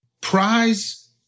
Prize